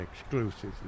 exclusively